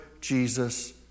Jesus